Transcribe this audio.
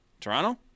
Toronto